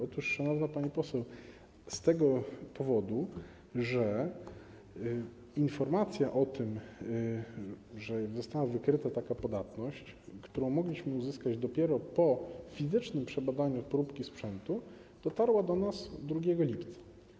Otóż, szanowna pani poseł: z tego powodu, że informacja o tym, że została wykryta taka podatność, którą mogliśmy uzyskać dopiero po fizycznym przebadaniu próbki sprzętu, dotarła do nas 2 lipca.